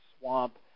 swamp